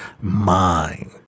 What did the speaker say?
mind